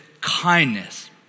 kindness